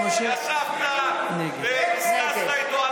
ישבת ודסקסת איתו,